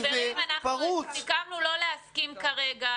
חברים, סיכמנו לא להסכים כרגע.